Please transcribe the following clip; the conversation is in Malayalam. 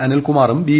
അനിൽ കുമാറും ബി